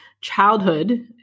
childhood